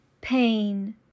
pain